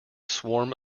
swarm